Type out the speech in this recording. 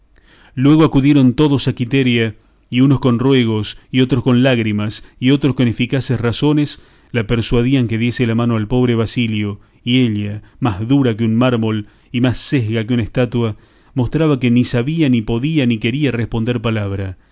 luego acudieron todos a quiteria y unos con ruegos y otros con lágrimas y otros con eficaces razones la persuadían que diese la mano al pobre basilio y ella más dura que un mármol y más sesga que una estatua mostraba que ni sabía ni podía ni quería responder palabra